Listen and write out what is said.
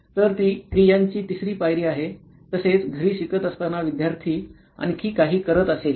तर ती क्रियांची तिसरी पायरी आहे तसेच घरी शिकत असताना विद्यार्थी आणखी काही करत असेल